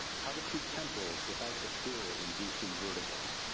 how to treat temporals without the fear of inducing vertigo.